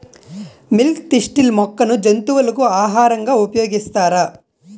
Milk thistle మొక్కను జంతువులకు ఆహారంగా ఉపయోగిస్తారా?